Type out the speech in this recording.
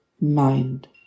mind